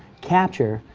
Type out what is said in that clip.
capture,